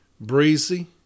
Breezy